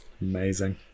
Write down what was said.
Amazing